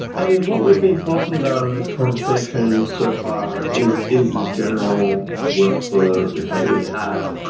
i mean, what we've been talking about on this conversation so far is is the general workflow that they would have.